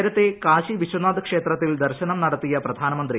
നേരത്തെ കാശി വിശ്വനാഥ് ക്ഷേത്രത്തിൽ സന്ദർശനം നടത്തിയ പ്രധാനമന്ത്രി